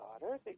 daughter